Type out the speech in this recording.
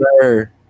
sir